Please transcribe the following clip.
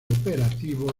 operativo